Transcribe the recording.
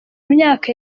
myaka